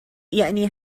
یعنی